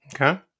Okay